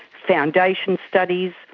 foundation studies,